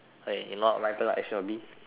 k right action will be